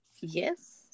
yes